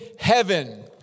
heaven